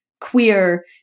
Queer